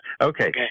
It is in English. Okay